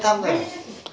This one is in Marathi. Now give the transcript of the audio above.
थांबल